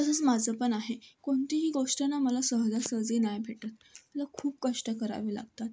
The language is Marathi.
तसंच माझं पण आहे कोणतीही गोष्ट ना मला सहजासहजी नाही भेटत मला खूप कष्ट करावे लागतात